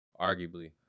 Arguably